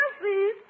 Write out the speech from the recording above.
please